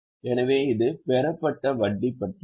எனவே இது பெறப்பட்ட வட்டி பற்றியது